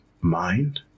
mind